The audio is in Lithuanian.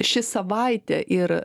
ši savaitė ir